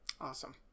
Awesome